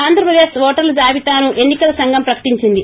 ఆంధ్రప్రదేశ్ ఓటర్ల జాబితాను ఎన్ని కల సంఘం ప్రకటించింది